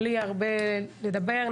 בלי הרבה לדבר,